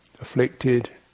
afflicted